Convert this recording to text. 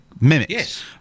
mimics